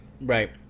Right